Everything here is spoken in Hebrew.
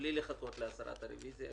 בלי לחכות להסרת הרוויזיה,